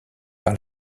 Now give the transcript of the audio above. par